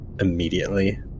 immediately